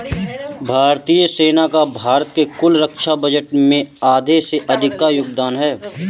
भारतीय सेना का भारत के कुल रक्षा बजट में आधे से अधिक का योगदान है